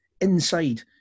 Inside